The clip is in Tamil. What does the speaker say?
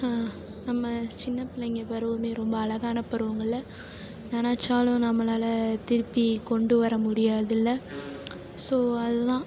நம்ம சின்னப் பிள்ளைங்க பருவமே ரொம்ப அழகான பருவங்களில்ல நினச்சாலும் நம்மளால் திருப்பி கொண்டு வர முடியாதில்லை ஸோ அதுதான்